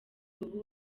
ubu